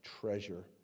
treasure